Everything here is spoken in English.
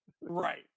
Right